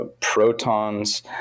protons